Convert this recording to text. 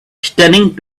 stunning